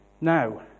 Now